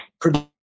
produce